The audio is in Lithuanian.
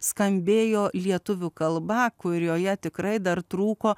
skambėjo lietuvių kalba kurioje tikrai dar trūko